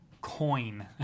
coin